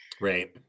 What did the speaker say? Right